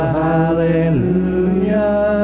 hallelujah